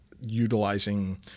utilizing